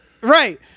right